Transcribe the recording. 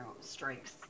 strikes